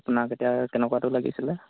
আপোনাক এতিয়া কেনেকুৱাটো লাগিছিলে